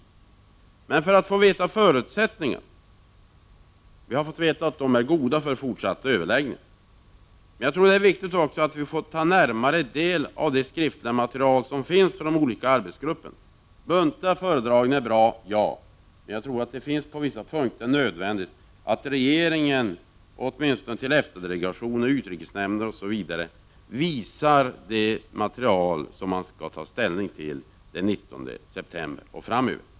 Men när det gäller att få veta förutsättningarna -— vi har i och för sig fått veta att förutsättningarna för fortsatta överläggningar är goda — är det viktigt att vi också närmare får del av det skriftliga material som finns beträffande de olika arbetsgrupperna. Muntliga föredragningar är bra — ja. Men jag tror att det på vissa punkter är nödvändigt att regeringen åtminstone för t.ex. EFTA-delegationen och utrikesnämnden visar det material som man skall ta ställning till den 19 december och framöver.